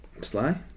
Sly